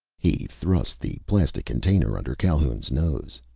he thrust the plastic container under calhoun's nose.